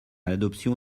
l’adoption